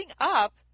up